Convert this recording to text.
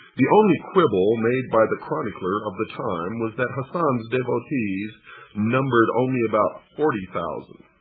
the only quibble made by the chronicler of the time was that hasan's devotees numbered only about forty thousand.